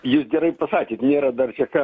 jūs gerai pasakėt nėra dar čia ką